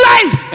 Life